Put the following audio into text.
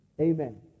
Amen